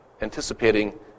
anticipating